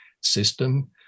system